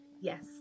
Yes